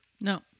No